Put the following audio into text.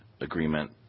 agreement